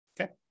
Okay